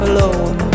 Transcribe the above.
Alone